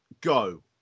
go